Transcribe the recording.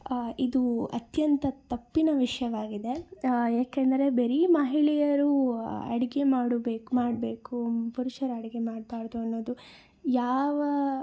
ಇದು ಅತ್ಯಂತ ತಪ್ಪಿನ ವಿಷಯವಾಗಿದೆ ಏಕೆಂದರೆ ಬರೀ ಮಹಿಳೆಯರು ಅಡುಗೆ ಮಾಡಬೇಕು ಮಾಡಬೇಕು ಪುರುಷರು ಅಡುಗೆ ಮಾಡಬಾರ್ದು ಅನ್ನೋದು ಯಾವ